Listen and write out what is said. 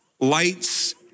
lights